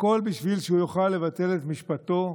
הכול כדי שהוא יוכל לבטל את משפטו,